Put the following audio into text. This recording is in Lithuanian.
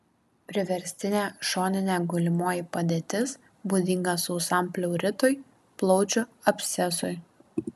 priverstinė šoninė gulimoji padėtis būdinga sausam pleuritui plaučių abscesui